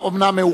אומנם,